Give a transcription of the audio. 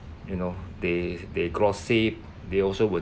you know they they gossip they also will